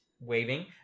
waving